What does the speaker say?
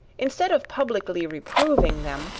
instead of publicly reproving them,